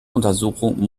untersuchungen